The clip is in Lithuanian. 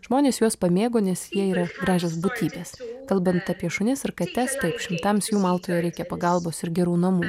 žmonės juos pamėgo nes jie yra gražios būtybės kalbant apie šunis ar kates taip šimtams jų maltoje reikia pagalbos ir gerų namų